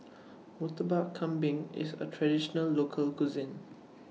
Murtabak Kambing IS A Traditional Local Cuisine